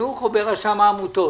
הרבה אנשים נמצאים באבטלה.